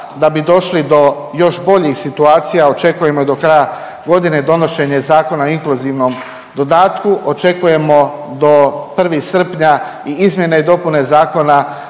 da bi došli do još boljih situacija, očekujemo i do kraja godine donošenje Zakona o inkluzivnom dodatku, očekujemo do 1. srpnja i izmjene i dopune Zakona